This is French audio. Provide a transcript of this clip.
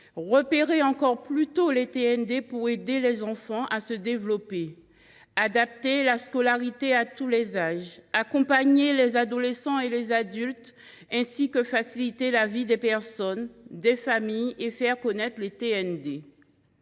repérer encore plus tôt les TND pour aider les enfants à se développer ; adapter la scolarité à tous les âges ; accompagner les adolescents et les adultes ; enfin, faciliter la vie des personnes, des familles, et faire connaître les TND.